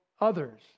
others